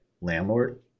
landlord